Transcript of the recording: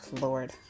Lord